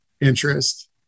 interest